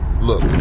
look